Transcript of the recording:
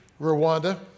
Rwanda